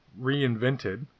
reinvented